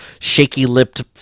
shaky-lipped